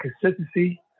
consistency